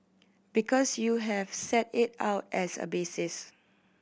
because you have set it out as a basis